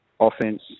offense